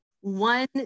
one